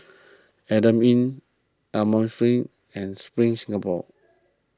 Adamson Inn Almond Street and Spring Singapore